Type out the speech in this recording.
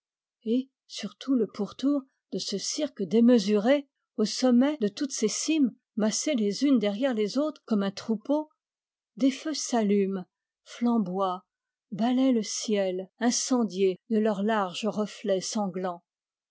et sur tout le pourtour de ce cirque démesuré au sommet de toutes ces cimes massées les unes derrière les autres comme un troupeau des feux s'allument flamboient balayent le ciel incendié de leurs larges reflets sanglants